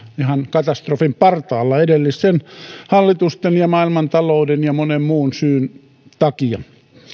ihan katastrofin partaalla edellisten hallitusten ja maailmantalouden ja monen muun syyn takia